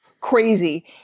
crazy